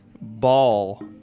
Ball